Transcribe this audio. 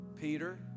Peter